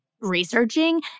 researching